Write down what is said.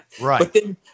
Right